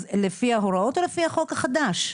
לפי ההוראות או לפי החוק החדש?